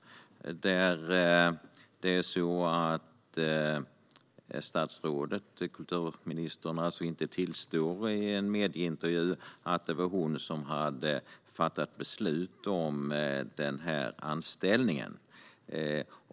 Kultur och demokratiministern tillstår i en medieintervju inte att det var hon som hade fattat beslut om anställningen.